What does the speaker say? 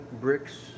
bricks